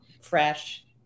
fresh